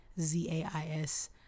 z-a-i-s